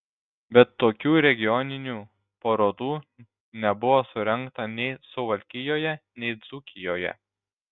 bet tokių regioninių parodų nebuvo surengta nei suvalkijoje nei dzūkijoje